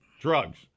drugs